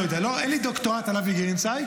אין לי דוקטורט לאבי גרינצייג.